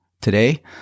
today